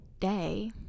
day